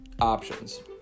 options